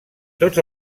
tots